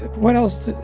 what else